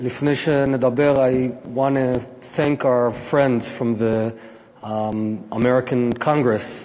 לפני שנדבר: I want to thank our friends from the American Congress.